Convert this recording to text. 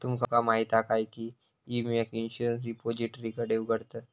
तुमका माहीत हा काय की ई विम्याक इंश्युरंस रिपोजिटरीकडे उघडतत